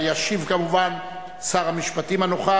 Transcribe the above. ישיב, כמובן, שר המשפטים,